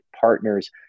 partners